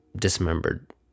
dismembered